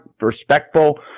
respectful